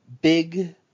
Big